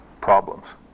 problems